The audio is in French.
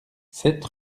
sept